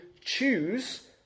choose